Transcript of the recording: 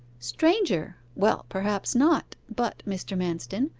stranger! well, perhaps not but, mr. manston,